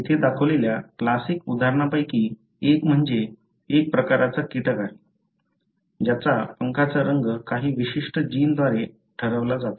येथे दाखवलेल्या क्लासिक उदाहरणांपैकी एक म्हणजे एक प्रकारचा कीटक आहे ज्याच्या पंखांचा रंग काही विशिष्ट जीनद्वारे ठरवला जातो